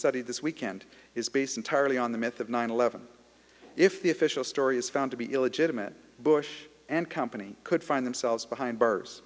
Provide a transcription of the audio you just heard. studied this weekend is based entirely on the myth of nine eleven if the official story is found to be illegitimate bush and company could find themselves behind bars